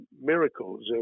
miracles